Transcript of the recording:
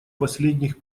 последних